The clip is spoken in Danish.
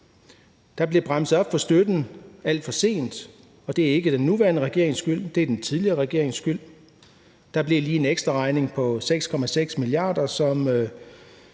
Der bliver bremset op for støtten alt for sent, og det er ikke den nuværende regerings skyld, det er den tidligere regerings skyld. Der bliver lige en ekstraregning på 6,6 mia. kr., som